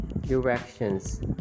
directions